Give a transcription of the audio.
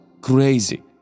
crazy